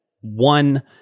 one